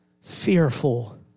fearful